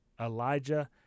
Elijah